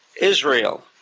Israel